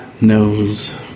knows